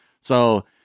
So-